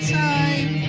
time